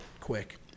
quick